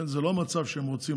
כן, זה לא מצב שהם רוצים